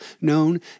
known